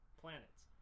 planets